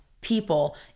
people